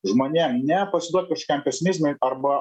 žmonėm nepasiduot kažkokiam pesimizmui arba